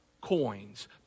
coins